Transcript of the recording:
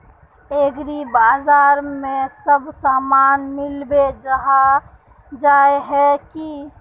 एग्रीबाजार में सब सामान मिलबे जाय है की?